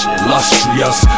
illustrious